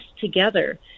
together